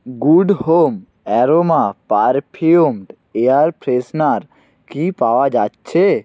good Home aroma perfumed air freshener কি পাওয়া যাচ্ছে